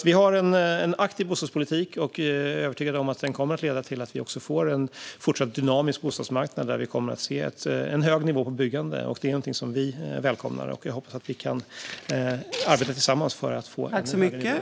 Vi har alltså en aktiv bostadspolitik, och jag är övertygad om att den kommer att leda till att vi får en fortsatt dynamisk bostadsmarknad där vi ser en hög nivå på byggandet. Detta är något som vi välkomnar, och jag hoppas att vi kan arbeta tillsammans för att få en ännu högre nivå framöver.